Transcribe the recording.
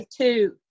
two